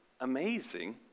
amazing